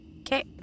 Okay